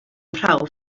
prawf